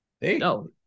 No